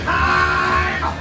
time